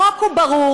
החוק הוא ברור,